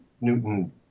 Newton